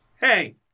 Hey